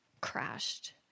crashed